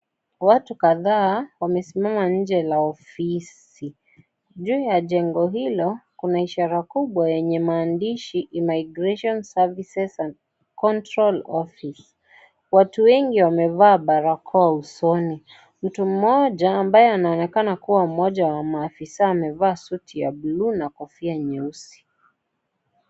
Watu kadha wamesimama nje la ofisi. Juu ya jengo hilo kuna ishara kubwa yenye maandishi, Immigration Services and Control Office. Watu wengi wamevaa barakoa usoni mtu mmoja ambaye anaonekana kuwa moja wa maofisa amevaa suti ya buluu na kofia nyeusi.